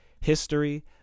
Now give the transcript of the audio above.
history